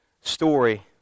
story